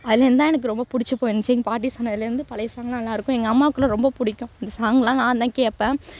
அதுலேருந்தான் எனக்கு ரொம்ப பிடிச்சிப் போயிருந்திச்சு எங்கள் பாட்டி சொன்னதுலேருந்து பழையை சாங் நல்லா இருக்கும் எங்கள் அம்மாக்குலாம் ரொம்ப பிடிக்கும் இந்த சாங்லாம் நான் தான் கேட்பேன்